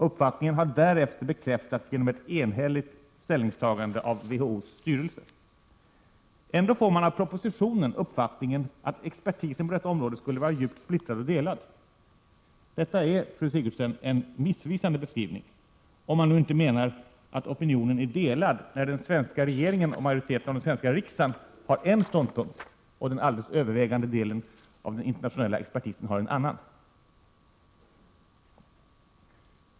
Uppfattningen har därefter bekräftats genom ett enhälligt ställningstagande av WHO:s styrelse. Ändå får man av propositionen uppfattningen att expertisen på detta område skulle vara djupt splittrad och delad. Det är, fru Sigurdsen, en missvisande beskrivning, om man nu inte menar att opinionen är delad när den svenska regeringen och majoriteten i den svenska riksdagen har en viss ståndpunkt och den alldeles övervägande delen av den internationella expertisen har en helt annan.